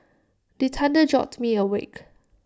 the thunder jolt me awake